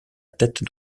tête